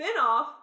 spinoff